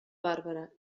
bàrbara